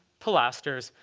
pilasters,